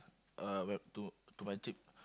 uh where to to my trip